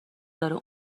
داره